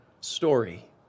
story